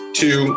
two